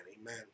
Amen